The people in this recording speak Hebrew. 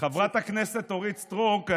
חברת הכנסת אורית סטרוק,